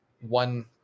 one